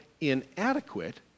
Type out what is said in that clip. inadequate